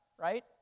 right